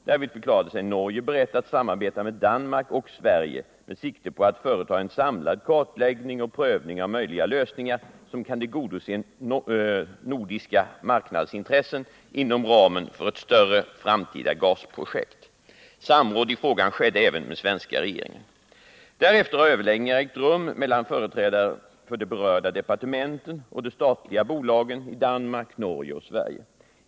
Därvid förklarade sig Norge berett att samarbeta med Danmark och Sverige med sikte på att företa en samlad kartläggning och prövning av möjliga lösningar som kan tillgodose nordiska marknadsintressen inom ramen för ett större framtida gasprojekt. Samråd i frågan skedde även med svenska regeringen. Därefter har överläggningar ägt rum mellan företrädare för de berörda departementen och de statliga bolagen i Danmark, Norge och Sverige.